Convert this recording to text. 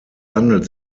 handelt